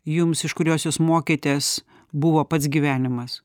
jums iš kurios jūs mokėtės buvo pats gyvenimas